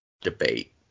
debate